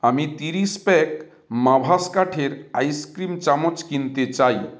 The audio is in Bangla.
আমি তিরিশ প্যাক মাভাস কাঠের আইসক্রিম চামচ কিনতে চাই